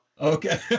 Okay